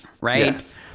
right